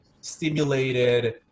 stimulated